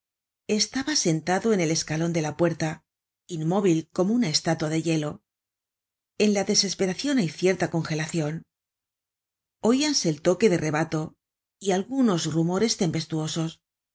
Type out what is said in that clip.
estaba sentado en el escalon de la puerta inmóvil como una estatua de hielo en la desesperacion hay cierta congelacion oíanse el toque de rebato y algunos rumores